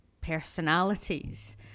personalities